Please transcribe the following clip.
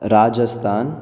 Rajasthan